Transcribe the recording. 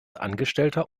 angestellter